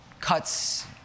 cuts